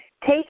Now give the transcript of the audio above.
Take